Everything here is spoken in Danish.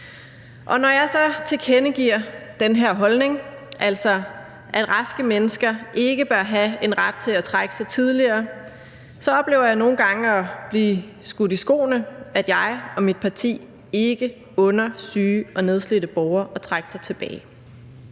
når jeg så tilkendegiver den her holdning, altså at raske mennesker ikke bør have en ret til at trække sig tidligere, så oplever jeg nogle gange at blive skudt i skoene, at jeg og mit parti ikke under syge og nedslidte borgere at trække sig tilbage.